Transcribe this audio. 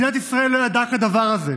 מדינת ישראל לא ידעה כדבר הזה.